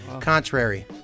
Contrary